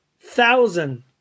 thousand